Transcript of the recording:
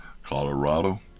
Colorado